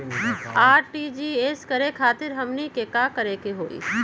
RTGS करे खातीर हमनी के का करे के हो ई?